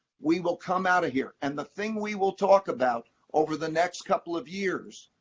we will come out of here, and the thing we will talk about over the next couple of years,